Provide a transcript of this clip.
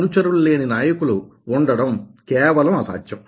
అనుచరులు లేని నాయకులు ఉండడం కేవలం అసాధ్యం